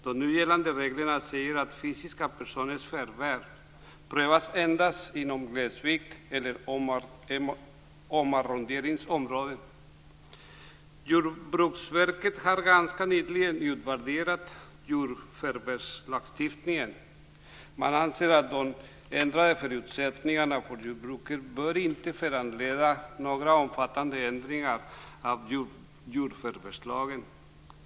De nu gällande reglerna säger att fysiska personers förvärv prövas endast inom glesbygd eller omarronderingsområde. Jordbruksverket har ganska nyligen utvärderat jordförvärvslagstiftningen. Man anser att de ändrade förutsättningarna för jordbruket inte bör föranleda några omfattande ändringar av jordförvärvslagen.